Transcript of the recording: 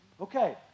Okay